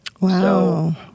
wow